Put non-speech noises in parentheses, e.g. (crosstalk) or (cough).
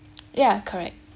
(noise) yeah correct